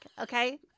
Okay